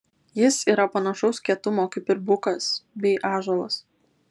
jis yra panašaus kietumo kaip ir bukas bei ąžuolas